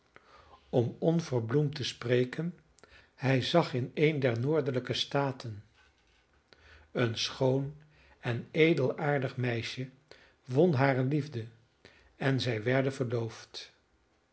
om onverbloemd te spreken hij zag in een der noordelijke staten een schoon en edelaardig meisje won hare liefde en zij werden verloofd